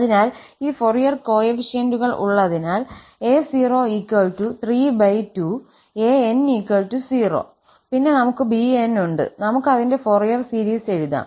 അതിനാൽ ഈ ഫോറിയർ കോഎഫിഷ്യന്റുകൾ ഉള്ളതിനാൽ𝑎032 𝑎𝑛0 പിന്നെ നമുക് 𝑏𝑛 ഉണ്ട് നമുക്ക് അതിന്റെ ഫോറിയർ സീരീസ് എഴുതാം